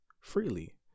freely